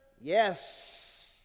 yes